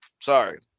Sorry